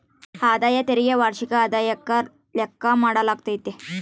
ಆದಾಯ ತೆರಿಗೆ ವಾರ್ಷಿಕ ಆದಾಯುಕ್ಕ ಲೆಕ್ಕ ಮಾಡಾಲಾಗ್ತತೆ